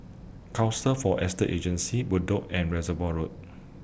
Council For Estate Agency Bedok and Reservoir Road